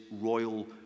royal